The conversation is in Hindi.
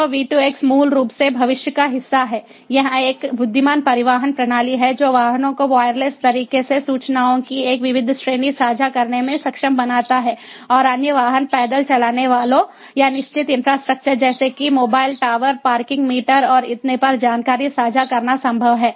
तो V2X मूल रूप से भविष्य का हिस्सा है यह एक बुद्धिमान परिवहन प्रणाली है जो वाहनों को वायरलेस तरीके से सूचनाओं की एक विविध श्रेणी साझा करने में सक्षम बनाता है और अन्य वाहन पैदल चलने वालों या निश्चित इन्फ्रास्ट्रक्चर जैसे कि मोबाइल टॉवर पार्किंग मीटर और इतने पर जानकारी साझा करना संभव है